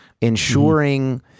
ensuring